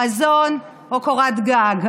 מזון או קורת גג.